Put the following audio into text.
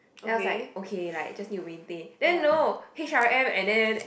then I was like okay like just need to maintain then no H_R_M and then